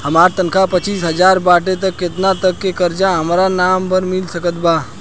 हमार तनख़ाह पच्चिस हज़ार बाटे त केतना तक के कर्जा हमरा नाम पर मिल सकत बा?